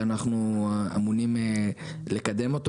שאנחנו אמונים לקדם אותו,